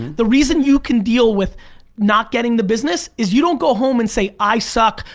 the reason you can deal with not getting the business is you don't go home and say i suck,